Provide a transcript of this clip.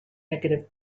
negative